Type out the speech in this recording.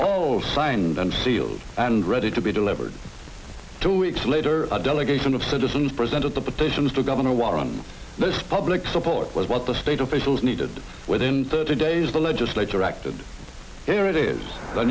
oh signed and sealed and ready to be delivered two weeks later a delegation of citizens presented the petitions to governor walker on this public support was what the state officials needed within thirty days the legislature acted here it is